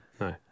No